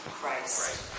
Christ